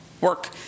work